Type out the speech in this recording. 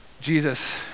Jesus